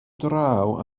draw